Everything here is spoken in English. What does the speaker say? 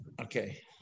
okay